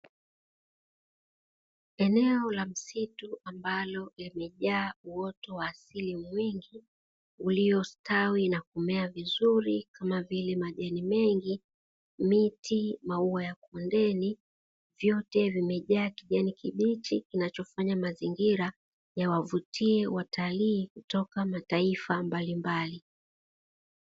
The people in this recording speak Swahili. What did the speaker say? Eneo la msitu ambalo limejaa uoto wa asili mwingi uliyostawi na kumea vizuri kama vile majani mengi, miti, maua ya kundeni vyote vimejaa kijani kibichi kinachofanya mazingira yawavutie watalii kutoka mataifa mbalimbali.